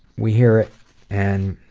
we hear it and.